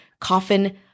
coffin